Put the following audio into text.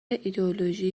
ایدئولوژی